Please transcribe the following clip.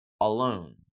alone